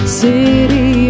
city